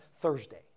Thursday